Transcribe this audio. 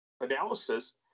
analysis